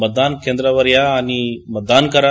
मतदान केंद्रावर या आणि मतदान करा